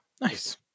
Nice